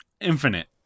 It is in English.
Infinite